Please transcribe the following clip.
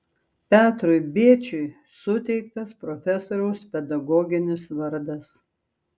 petrui bėčiui suteiktas profesoriaus pedagoginis vardas